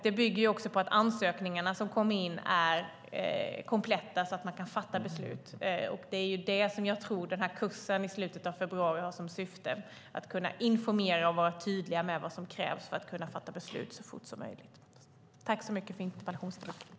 Det bygger också på att ansökningarna som kommer in är kompletta så att man kan fatta beslut. Det är det som jag tror kursen i slutet av februari har som syfte, att kunna informera och vara tydlig med vad som krävs för att beslut ska kunna fattas så fort som möjligt. Tack för den här interpellationsdebatten!